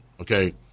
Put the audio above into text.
okay